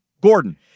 Gordon